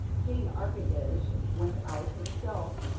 king archidej went out himself,